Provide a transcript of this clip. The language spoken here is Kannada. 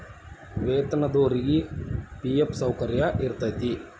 ವೇತನದೊರಿಗಿ ಫಿ.ಎಫ್ ಸೌಕರ್ಯ ಇರತೈತಿ